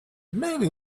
maybe